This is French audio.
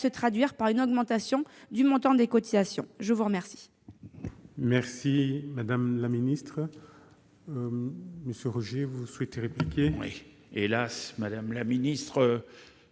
traduire par une augmentation du montant des cotisations. La parole